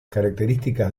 características